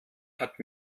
hat